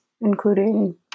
including